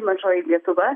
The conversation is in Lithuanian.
mažoji lietuva